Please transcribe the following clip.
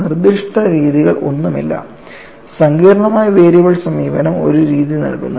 നിർദ്ദിഷ്ട രീതികൾ ഒന്നുമില്ല സങ്കീർണ്ണമായ വേരിയബിൾ സമീപനം ഒരു രീതി നൽകുന്നു